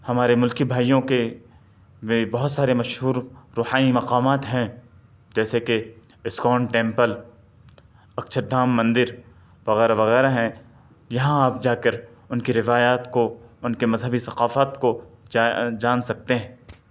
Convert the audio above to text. ہمارے ملکی بھائیوں کے وے بہت سارے مشہور روحانی مقامات ہیں جیسے کہ اسکان ٹیمپل اکشر دھام مندر وغیرہ وغیرہ ہیں یہاں آپ جا کر ان کے روایات کو ان کے مذہبی ثقافت کو جان سکتے ہیں